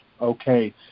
Okay